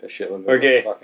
Okay